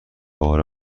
بار